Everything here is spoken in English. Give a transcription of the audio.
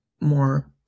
more